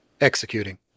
executing